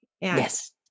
yes